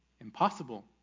Impossible